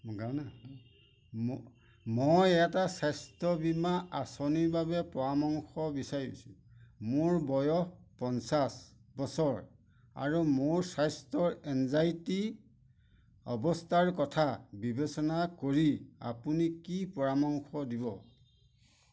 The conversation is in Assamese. মই এটা স্বাস্থ্য বীমা আঁচনিৰ বাবে পৰামৰ্শ বিচাৰিছোঁ মোৰ বয়স পঞ্চাছ বছৰ আৰু মোৰ স্বাস্থ্যৰ এনজাইটি অৱস্থাৰ কথা বিবেচনা কৰি আপুনি কি পৰামৰ্শ দিব